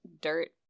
Dirt